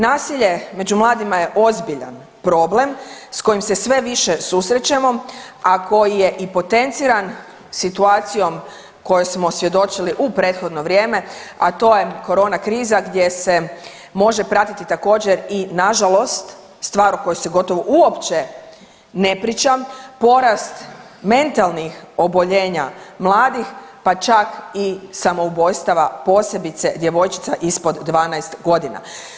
Nasilje među mladima je ozbiljan problem sa kojim se sve više susrećemo, a koji je i potenciran situacijom kojoj smo svjedočili u prethodno vrijeme, a to je corona kriza gdje se može pratiti također i na žalost stvar o kojoj se gotovo uopće ne priča, porast mentalnih oboljenja mladih, pa čak i samoubojstava posebice djevojčica ispod 12 godina.